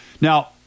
Now